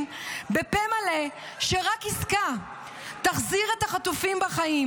בפה מלא שרק עסקה תחזיר את החטופים בחיים,